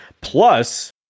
Plus